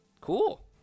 cool